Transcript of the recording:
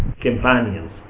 companions